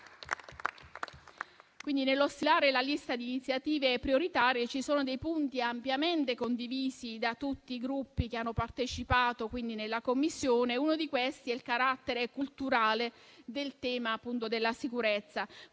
Nello stilare la lista di iniziative prioritarie ci sono dei punti ampiamente condivisi da tutti i Gruppi che hanno partecipato ai lavori della Commissione. Uno di questi è il riconoscimento del carattere culturale del tema della sicurezza,